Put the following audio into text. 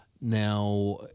Now